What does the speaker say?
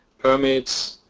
permits,